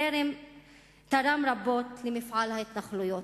תרמו רבות למפעל ההתנחלויות.